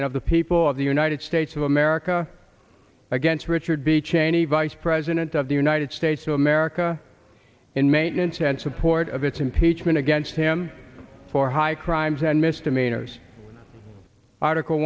and of the people of the united states of america against richard b cheney vice president of the united states of america in maintenance and support of its impeachment against him for high crimes and misdemeanors article